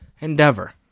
endeavor